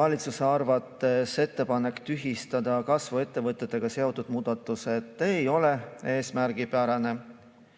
Valitsuse arvates ettepanek tühistada kasvuettevõtetega seotud muudatused ei ole eesmärgipärane.